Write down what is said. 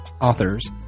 authors